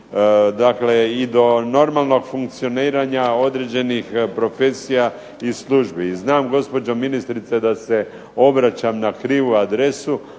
i do normalnog funkcioniranja određenih profesija i službi. I znam gospođo ministrice da se obraćam na krivu adresu,